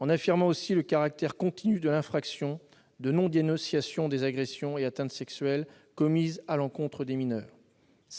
en affirmant le caractère continu de l'infraction de non-dénonciation des agressions et atteintes sexuelles commises à l'encontre des mineurs,